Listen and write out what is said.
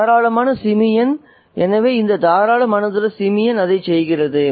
தாராளமான simian எனவே இந்த தாராள மனதுள்ள சிமியன் அதைச் செய்கிறது